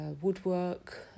woodwork